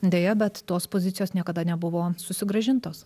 deja bet tos pozicijos niekada nebuvo susigrąžintos